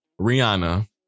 Rihanna